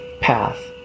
path